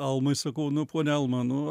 almai sakau nu ponia alma nu